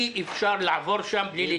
אי אפשר לעבור שם בלי להתעכב,